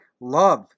love